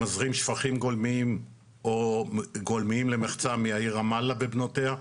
מזרים שפכים גולמיים או גולמיים למחצה מהעיר רמאללה ובנותיה.